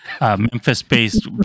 Memphis-based